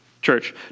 Church